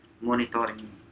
monitoring